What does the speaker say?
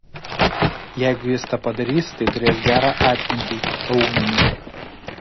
jeigu jis tą padarys tai turės gerą atmintį aumenį